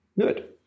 Good